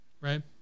right